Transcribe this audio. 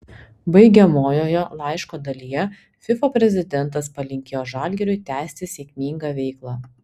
baigiamojoje laiško dalyje fifa prezidentas palinkėjo žalgiriui tęsti sėkmingą veiklą